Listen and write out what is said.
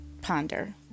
ponder